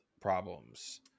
problems